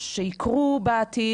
שיקרו בעתיד,